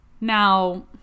now